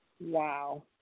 Wow